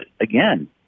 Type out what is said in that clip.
again